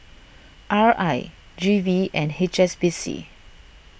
R I G V and H S B C